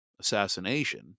assassination